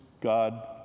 God